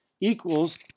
Equals